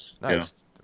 Nice